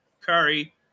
Curry